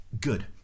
Good